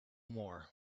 more